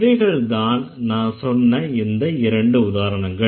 இவைகள்தான் நான் சொன்ன இந்த இரண்டு உதாரணங்கள்